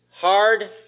Hard